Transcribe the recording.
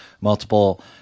multiple